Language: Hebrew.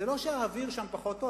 זה לא שהאוויר שם פחות טוב,